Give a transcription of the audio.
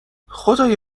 خدای